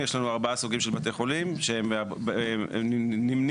יש ארבעה תנאי סף למעשה.